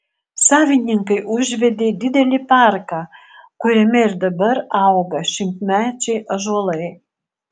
savininkai užvedė didelį parką kuriame ir dabar auga šimtmečiai ąžuolai